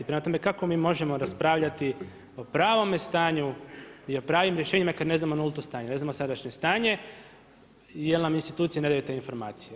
Prema tome, kako mi možemo raspravljati o pravome stanju i o pravim rješenjima kad ne znamo nulto stanje, ne znamo sadašnje stanje, jer nam institucije ne daju te informacije.